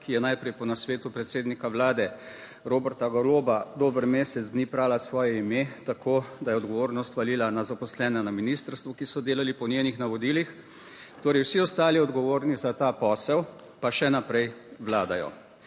ki je najprej po nasvetu predsednika Vlade Roberta Goloba dober mesec dni brala svoje ime, tako da je odgovornost valila na zaposlene na ministrstvu, ki so delali po njenih navodilih, torej, vsi ostali odgovorni za ta posel pa še naprej vladajo